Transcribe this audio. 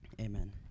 amen